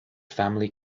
family